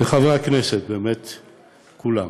לחברי הכנסת, באמת כולם,